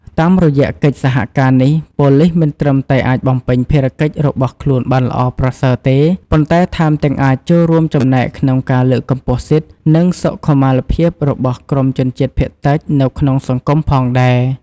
តាមរយៈកិច្ចសហការនេះ ប៉ូលិសមិនត្រឹមតែអាចបំពេញភារកិច្ចរបស់ខ្លួនបានល្អប្រសើរទេ ប៉ុន្តែថែមទាំងអាចចូលរួមចំណែកក្នុងការលើកកម្ពស់សិទ្ធិ និងសុខុមាលភាពរបស់ក្រុមជនជាតិភាគតិចនៅក្នុងសង្គមផងដែរ។